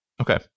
Okay